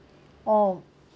oh